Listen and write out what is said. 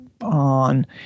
on